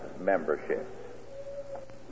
Membership